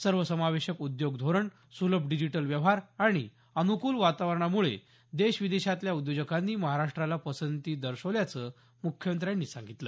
सर्व समावेशक उद्योग धोरण सुलभ डिजिटल व्यवहार आणि अनुकुल वातावरणामुळे देश विदेशातल्या उद्योजकांनी महाराष्ट्राला पसंती दर्शवल्याचं मुख्यमंत्र्यांनी सांगितलं